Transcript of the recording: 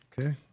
Okay